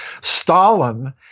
Stalin